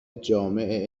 جامع